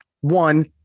one